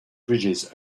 bridges